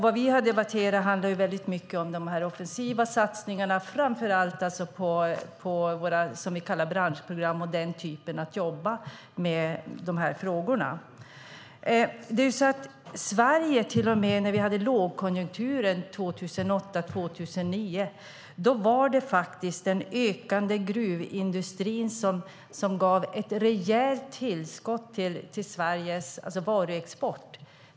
Vad vi har debatterat har handlat väldigt mycket om de offensiva satsningarna, framför allt i våra så kallade branschprogram, och det sättet att jobba med de här frågorna. Till och med när Sverige hade lågkonjunktur 2008-2009 var det den växande gruvindustrin som gav ett rejält tillskott till Sveriges varuexport.